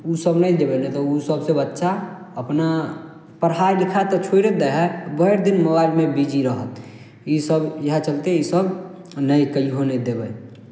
ओसभ नहि देबै नहि तऽ ओसभसँ बच्चा अपना पढ़ाइ लिखाइ तऽ छोड़िए दै हइ भरि दिन मोबाइलमे बिजी रहत इसभ इएह चलते इसभ नहि कहियो नहि देबै